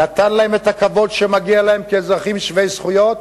נתן להם את הכבוד שמגיע להם כאזרחים שווי זכויות,